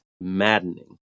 maddening